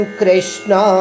krishna